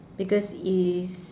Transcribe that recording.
because he's